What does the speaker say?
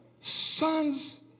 sons